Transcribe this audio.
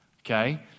okay